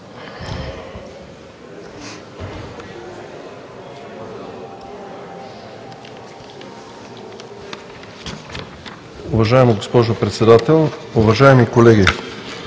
Уважаема госпожо Председател, уважаеми колеги!